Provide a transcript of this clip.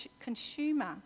consumer